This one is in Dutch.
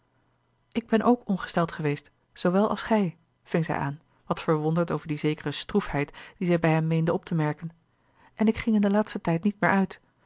ik ben ook ongesteld geweest zoowel als gij ving zij aan wat verwonderd over die zekere stroefheid die zij bij hem meende op te merken en ik ging in den laatsten tijd niet meer uit